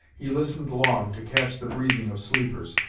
he listened long to catch the breathing of sleepers.